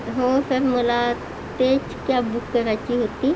हो सर मला तेच कॅब बुक करायची होती